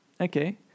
Okay